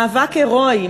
מאבק הירואי,